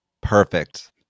Perfect